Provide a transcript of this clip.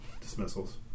Dismissals